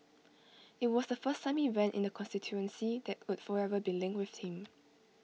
IT was the first time he ran in the constituency that would forever be linked with him